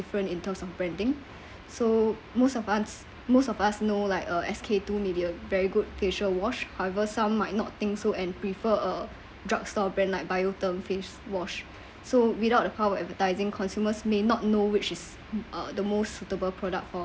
different in terms of branding so most of us most of us know like uh S_K two media very good facial wash however some might not think so and prefer a drugstore brand like Biotherm face wash so without the power of advertising consumers may not know which is the most suitable product for